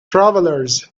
travelers